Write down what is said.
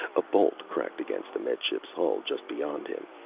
a bolt crackled against the med ship's hull just beyond him.